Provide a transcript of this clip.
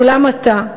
ואולם עתה,